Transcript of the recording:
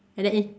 and then if